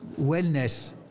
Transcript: wellness